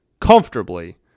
comfortably